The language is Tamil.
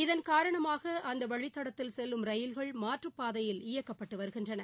இதன் காரணமாக அந்த வழித்தடத்தில் செல்லும் ரயில்கள் மாற்றுப்பாதையில் இயக்கப்பட்டு வருகின்றனர்